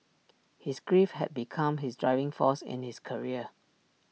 his grief had become his driving force in his career